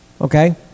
okay